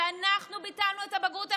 שאנחנו ביטלנו את הבגרות החיצונית,